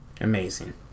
Amazing